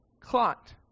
clot